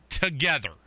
Together